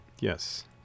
Yes